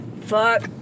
Fuck